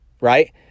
Right